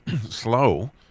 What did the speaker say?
slow